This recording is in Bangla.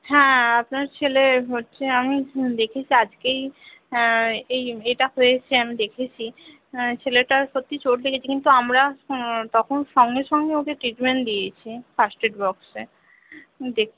হ্যাঁ আপনার ছেলে হচ্ছে আমি দেখেছি আজকেই হ্যাঁ এই এটা হয়েছে আমি দেখেছি ছেলেটা সত্যি চোট লেগেছে কিন্তু আমরা তখন সঙ্গে সঙ্গে ওকে ট্রিটমেন্ট দিয়েছি ফার্স্ট এড বক্সে